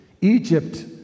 Egypt